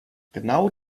genau